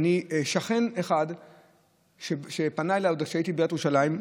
שכן אחד שפנה אליי עוד כשהייתי בעיריית ירושלים,